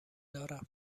دارم